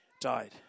died